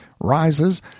rises